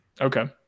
okay